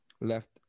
left